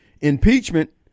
impeachment